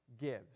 gives